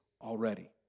already